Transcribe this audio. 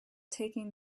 taking